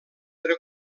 era